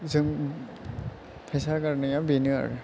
जों फैसा गारनाया बेनो आरो